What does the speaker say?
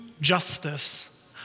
justice